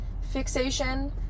fixation